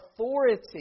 authority